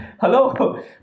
hello